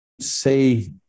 say